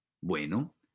bueno